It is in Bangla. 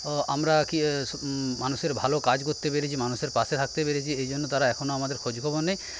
আমরা কি মানুষের ভালো কাজ করতে পেরেছি মানুষের পাশে থাকতে পেরেছি এই জন্য তারা এখনও আমাদের খোঁজখবর নেয়